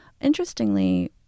Interestingly